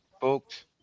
Folks